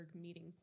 meeting